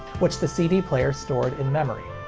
which the cd player stored in memory.